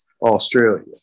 Australia